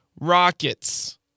Rockets